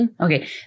Okay